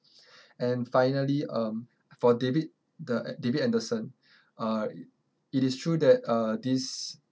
and finally um for david the david anderson uh it is true that uh this